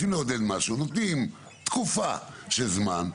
עכשיו, כשרוצים לעודד משהו נותנים תקופה של זמן,